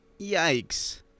Yikes